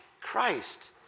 Christ